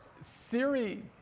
Siri